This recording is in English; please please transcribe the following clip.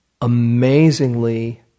amazingly